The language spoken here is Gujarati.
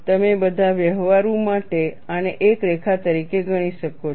તમે બધા વ્યવહારુ માટે આને એક રેખા તરીકે ગણી શકો છો